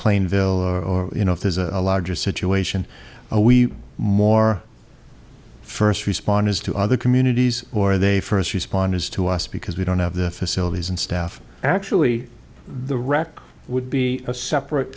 plainville or you know if there's a larger situation we more first responders to other communities or they first responders to us because we don't have the facilities and staff actually the rock would be a separate